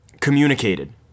communicated